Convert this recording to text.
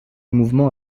mouvement